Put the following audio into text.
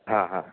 हां हां